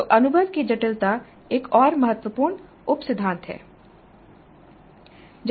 तो अनुभव की जटिलता एक और महत्वपूर्ण उप सिद्धांत है